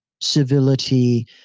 civility